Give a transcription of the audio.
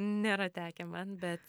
nėra tekę man bet